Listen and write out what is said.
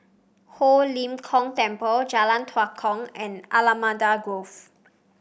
Ho Lim Kong Temple Jalan Tua Kong and Allamanda Grove